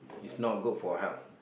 it's not good for health